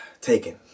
taken